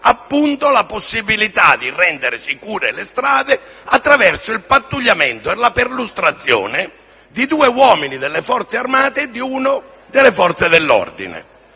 appunto la possibilità di rendere sicure le strade attraverso il pattugliamento e la perlustrazione di due uomini, uno delle Forze armate e uno delle Forze dell'ordine.